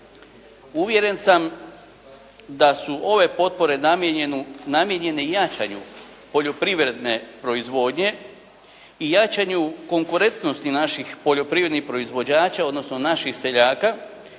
Uvjeren sam da su ove potpore namijenjene jačanju poljoprivredne proizvodnje i jačanju konkurentnosti naših poljoprivrednih proizvođača, odnosno naših seljaka,